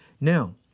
Now